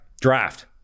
draft